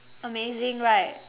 amazing right